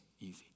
easy